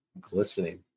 glistening